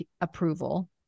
approval